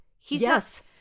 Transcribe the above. Yes